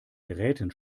geräten